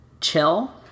Chill